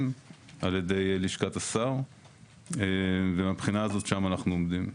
על ידי לשכת השר ומהבחינה הזאת שם אנחנו עומדים.